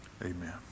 Amen